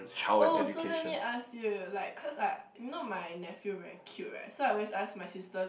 oh so let me ask you like cause I you know my nephew very cute right so I always ask my sister